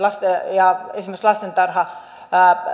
esimerkiksi